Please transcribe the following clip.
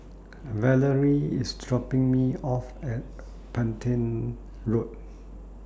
Valerie IS dropping Me off At Petain Road